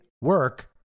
work